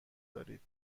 دارید